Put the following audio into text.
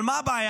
אבל מה הבעיה?